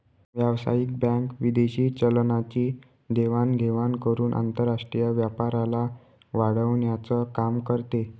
व्यावसायिक बँक विदेशी चलनाची देवाण घेवाण करून आंतरराष्ट्रीय व्यापाराला वाढवण्याचं काम करते